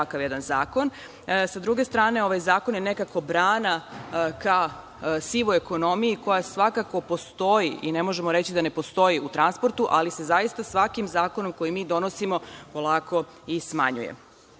ovakav jedan zakon. Sa druge strane, ovaj zakon je nekako brana ka sivoj ekonomiji koja svakako postoji i ne možemo reći da ne postoji u transportu, ali se zaista sa svakim zakonom koji mi donosimo polako i smanjuje. Takođe,